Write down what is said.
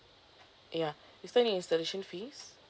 ya is there any installation fees